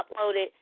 uploaded